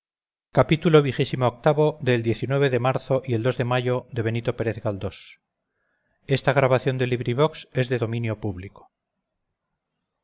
de marzo y el de mayo de